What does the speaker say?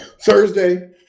Thursday